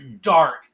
dark